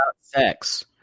sex